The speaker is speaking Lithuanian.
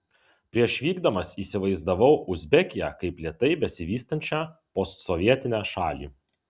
prieš vykdamas įsivaizdavau uzbekiją kaip lėtai besivystančią postsovietinę šalį